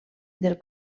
del